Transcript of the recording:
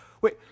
wait